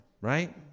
Right